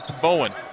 Bowen